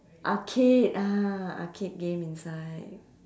arcade ah arcade game inside